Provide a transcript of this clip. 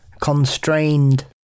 constrained